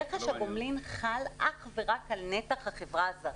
רכש הגומלין חל אך ורק על נתח החברה הזרה.